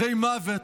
אחרי מוות,